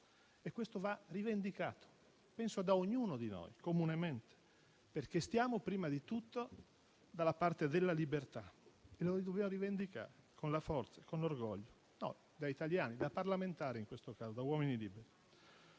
E questo va rivendicato da ognuno di noi, comunemente, perché stiamo prima di tutto dalla parte della libertà e lo dobbiamo rivendicare con la forza, con orgoglio, da italiani, da parlamentari in questo caso, da uomini liberi.